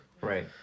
right